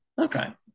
Okay